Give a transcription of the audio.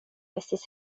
estis